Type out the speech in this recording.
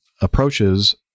approaches